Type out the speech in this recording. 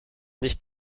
nicht